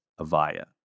Avaya